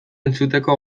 entzuteko